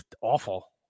awful